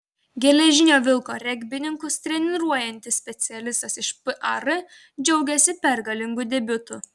geležinio vilko regbininkus treniruojantis specialistas iš par džiaugiasi pergalingu debiutu